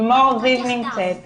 לימור זיו נמצאת.